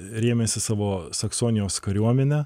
rėmėsi savo saksonijos kariuomene